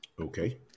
Okay